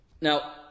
Now